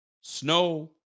Snow